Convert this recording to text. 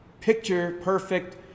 picture-perfect